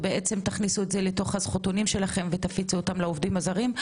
ותכניסו אותו לזכותונים שלכם ותפיצו לעובדים הזרים,